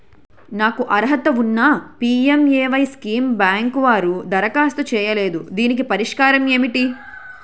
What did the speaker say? నాకు అర్హత ఉన్నా పి.ఎం.ఎ.వై స్కీమ్ బ్యాంకు వారు దరఖాస్తు చేయలేదు దీనికి పరిష్కారం ఏమిటి?